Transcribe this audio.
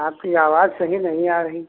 आपकी आवाज़ सही नहीं आ रही